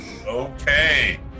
Okay